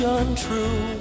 untrue